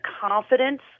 confidence